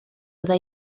fydda